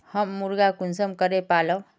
हम मुर्गा कुंसम करे पालव?